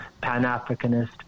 pan-Africanist